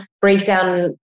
breakdown